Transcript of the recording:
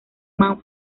man